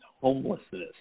homelessness